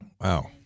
Wow